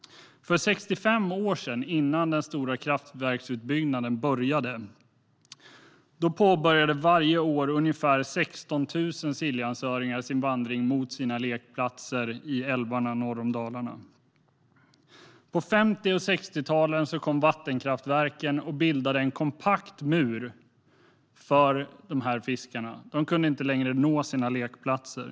För 65 år sedan, innan den stora kraftverksutbyggnaden började, påbörjade varje år ungefär 16 000 Siljansöringar sin vandring mot sina lekplatser i älvarna norr om Dalarna. På 50 och 60-talen kom vattenkraftverken och bildade en kompakt mur för fiskarna. De kunde inte längre nå sina lekplatser.